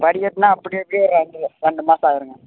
படிகட்டுனா அப்படியும் இப்படியும் ஒரு ரெண்டு ரெண்டு மாதம் ஆகிருங்க